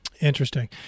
Interesting